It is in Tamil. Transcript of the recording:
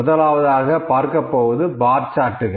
முதலாவதாக பார்க்கப் போவது பார் சார்ட்டுகள்